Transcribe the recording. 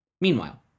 Meanwhile